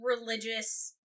religious